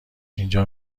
اینجا